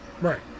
Right